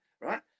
right